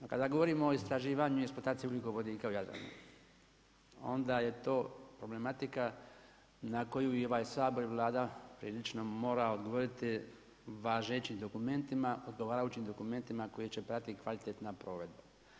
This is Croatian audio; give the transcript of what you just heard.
A kada govorimo o istraživanju i eksploataciji ugljikovodika u Jadranu, onda je to problematika na koju i ovaj Sabor i Vlada prilično mora odgovoriti važećim dokumentima, odgovarajućim dokumentima koje će pratiti i kvalitetna provedba.